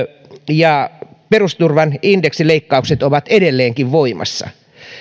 ja perusturvan indeksileikkaukset ovat edelleenkin voimassa